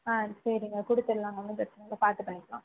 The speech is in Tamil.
சரிங்க கொடுத்தடலாங்க ஒன்றும் பிரச்சனை இல்லை பார்த்து பண்ணிக்கலாம் ம்